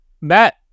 Matt